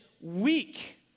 weak